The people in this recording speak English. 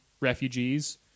refugees